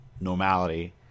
normality